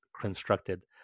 Constructed